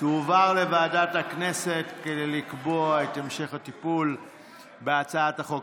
ההצעה תועבר לוועדת הכנסת כדי לקבוע את המשך הטיפול בהצעת החוק.